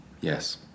Yes